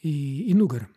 į į nugarą